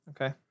Okay